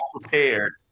prepared